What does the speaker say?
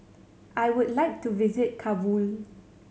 I would like to visit Kabul